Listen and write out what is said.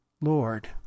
Lord